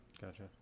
Gotcha